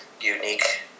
unique